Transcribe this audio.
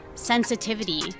sensitivity